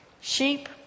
sheep